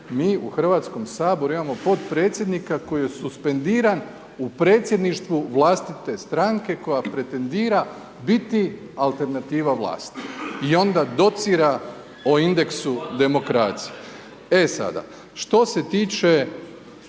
mi u Hrvatskom saboru imamo potpredsjednika koji je suspendiran u predsjedništvu vlastite stranke koja pretendira biti alternativa vlasti. I onda docira o indeksu demokracije. E sada, što se tiče